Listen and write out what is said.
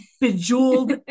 bejeweled